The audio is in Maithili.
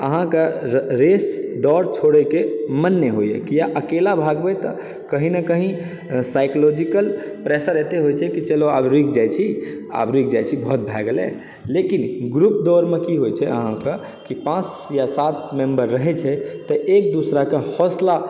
आहाँके रेस दौड़ छोड़ैके मन नहि होइए किया अकेला भागबै तऽ कहिं ने कहिं साइकोलॉजिकल प्रेसर एते होइ छै कि चलो आब रुकि जाइ छी आब रुकि जाइ छी बहुत भए गेलै लेकिन ग्रुप दौड़मे कि होइ छै आहाँके कि पाँच या सात मेम्बर रहै छै तऽ एक दोसराके हौसला